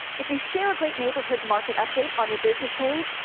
if you share a great neighborhood market update on your business page,